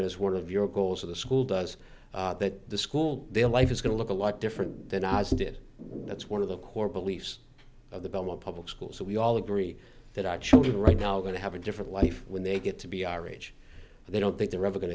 it as one of your goals for the school does that the school their life is going to look a lot different than ours did that's one of the core beliefs of the belmont public schools that we all agree that our children right now going to have a different life when they get to be our age they don't think the river going